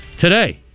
today